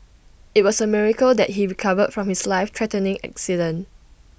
IT was A miracle that he recovered from his life threatening accident